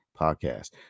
podcast